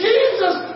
Jesus